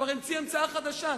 כבר המציא המצאה חדשה,